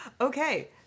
Okay